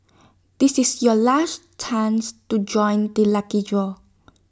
this is your last chance to join the lucky draw